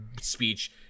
speech